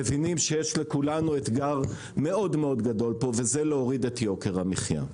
מבינים שיש לכולנו אתגר מאוד מאוד גדול פה וזה להוריד את יוקר המחיה.